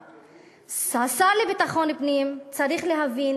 השר לביטחון פנים צריך להבין